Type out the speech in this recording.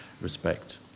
respect